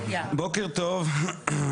בוקר טוב,